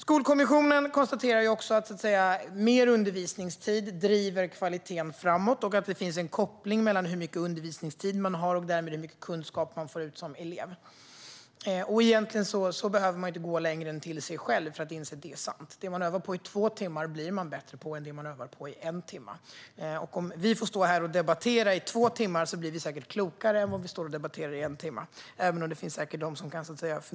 Skolkommissionen konstaterar ju också att mer undervisningstid driver kvaliteten framåt och att det finns en koppling mellan hur mycket undervisningstid man har och hur mycket kunskap man som elev får ut. Egentligen behöver man inte gå längre än till sig själv för att inse att det är sant. Det man övar på i två timmar blir man bättre på än det man övar på i en timme. Om vi får stå här och debattera i två timmar blir vi säkert klokare än om vi debatterar i en timme.